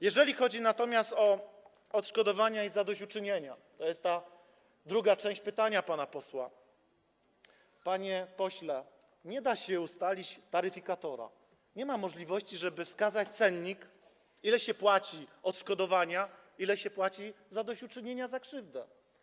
Jeżeli chodzi natomiast o odszkodowania i zadośćuczynienia, to jest ta druga część pytania pana posła, to panie pośle, nie da się ustalić taryfikatora, nie ma możliwości, żeby wskazać cennik, ile się płaci odszkodowania, ile się płaci zadośćuczynienia za krzywdę.